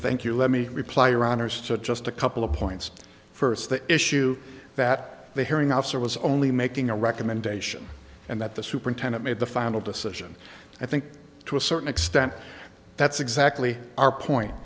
thank you let me reply your honour's to just a couple of points first the issue that the hearing officer was only making a recommendation and that the superintendent made the final decision i think to a certain extent that's exactly our point